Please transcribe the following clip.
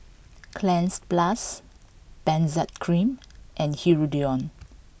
Cleanz plus Benzac cream and Hirudoid